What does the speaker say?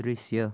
दृश्य